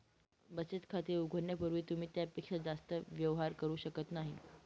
बचत खाते उघडण्यापूर्वी तुम्ही त्यापेक्षा जास्त व्यवहार करू शकत नाही